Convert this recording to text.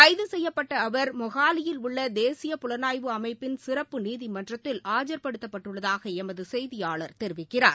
கைது செய்யப்பட்ட அவர் மொஹாலியில் உள்ள தேசிய புலனாய்வு அமைப்பிள் சிறப்பு நீதிமன்றத்தில் ஆஜர்ப்படுத்தப்பட்டுள்ளதாக எமது செய்தியாளர் தெரிவிக்கிறார்